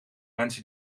mensen